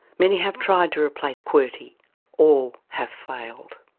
many have tried to replace qwerty all have failed.